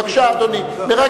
אדוני, בבקשה.